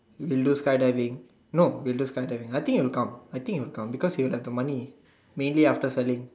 will do sky diving no will do sky diving I think he will come I think he will come because he will have th money mainly after selling